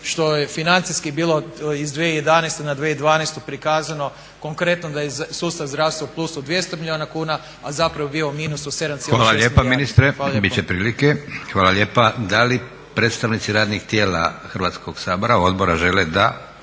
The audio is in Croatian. što je financijski bilo iz 2011. na 2012. prikazano konkretno da je sustav zdravstva u plusu 200 milijuna kuna, a zapravo je bio u minusu 7,6 milijardi. **Leko, Josip (SDP)** Hvala lijepa ministre, bit će prilike. Da li predstavnici radnih tijela Hrvatskog sabora, odbora žele? Da.